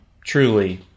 truly